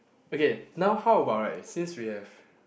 okay now how about right since we have